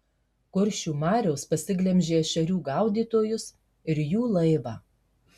kuršių marios pasiglemžė ešerių gaudytojus ir jų laivą